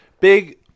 Big